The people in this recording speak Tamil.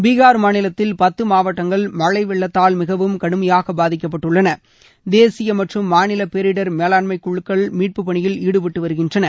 பீகார் மாநிலத்தில் பத்து மாவட்டங்கள் மழை வெள்ளத்தால் மிகவும் கடுமையாக பாதிக்கப்பட்டுள்ளன தேசிய மற்றும் மாநில பேரிடர் மேலாண்மைக்குழுக்கள் மீட்புப் பணியில் ஈடுபட்டு வருகின்றனர்